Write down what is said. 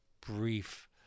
brief